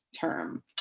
term